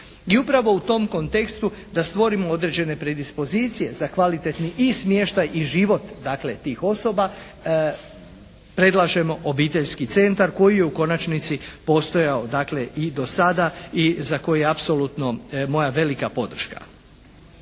i upravo u tom kontekstu da stvorimo određene predispozicije za kvalitetni i smještaj i život dakle tih osoba predlažemo obiteljski centar koji je u konačnici postojao dakle i do sada i za koji apsolutno moja velika podrška.